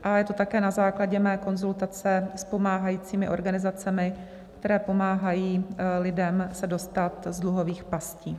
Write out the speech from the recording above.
A je to také na základě mé konzultace s pomáhajícími organizacemi, které pomáhají lidem se dostat z dluhových pastí.